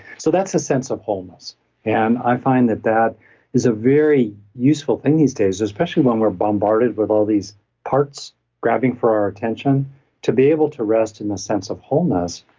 so that's a sense of wholeness and i find that that is a very useful thing these days, especially when we're bombarded with all these parts grabbing for our attention to be able to rest in the sense of wholeness,